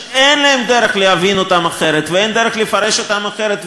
שאין דרך להבין אותם אחרת ואין דרך לפרש אותם אחרת,